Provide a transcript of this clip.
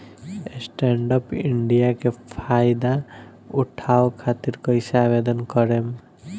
Stand up India के फाइदा उठाओ खातिर कईसे आवेदन करेम?